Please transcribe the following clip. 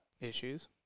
issues